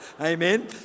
Amen